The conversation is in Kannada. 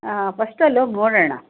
ಹಾಂ ಫಸ್ಟ್ ಅಲ್ಲೋಗಿ ನೋಡೋಣ